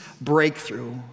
breakthrough